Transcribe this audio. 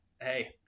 hey